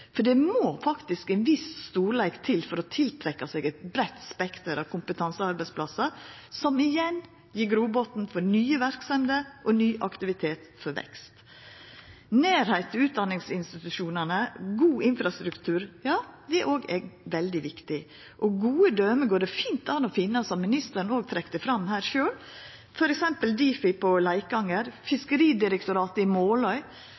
Det må faktisk ein viss storleik til for å tiltrekkja seg eit breitt spekter av kompetansearbeidsplassar, som igjen gjev grobotn for nye verksemder og ny aktivitet for vekst. Nærleik til utdanningsinstitusjonane og god infrastruktur er òg veldig viktig, og gode døme går det fint an å finna – som ministeren sjølv trekte fram her – f.eks. Difi på Leikanger, Fiskeridirektoratet i Måløy